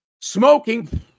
smoking